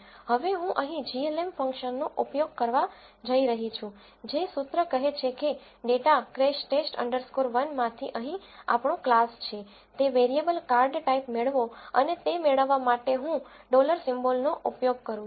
હવે હું અહીં glm ફંક્શનનો ઉપયોગ કરવા જઈ રહી છું જે સૂત્ર કહે છે કે data crash test underscore 1crashTest 1 માંથી અહીં આપણો ક્લાસ છે તે વેરીએબલ કાર્ડ ટાઇપ મેળવો અને તે મેળવવા માટે હું ડોલર સિમ્બોલનો ઉપયોગ કરું છું